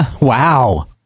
Wow